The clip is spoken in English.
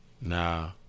Nah